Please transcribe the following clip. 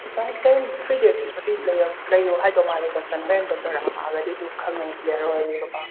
ꯗꯤꯁꯆꯥꯔꯁꯁꯦ three ꯗꯦꯁꯃꯨꯛꯀꯗꯤ ꯂꯩꯔꯛ ꯂꯩꯌꯣ ꯍꯥꯏꯗꯧ ꯃꯥꯜꯂꯦ ꯗꯣꯛꯇꯔꯅ ꯍꯣꯔꯦꯟ ꯗꯣꯛꯇꯔ ꯔꯥꯎꯟ ꯂꯥꯛꯑꯒꯗꯤ ꯑꯗꯨ ꯈꯪꯉꯅꯤ ꯀ꯭ꯂꯤꯌꯔ ꯑꯣꯏꯔꯅꯤꯕꯀꯣ